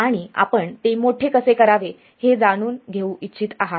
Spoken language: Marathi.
आणि आपण ते मोठे कसे करावे हे जाणून घेऊ इच्छित आहात